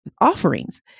offerings